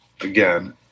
again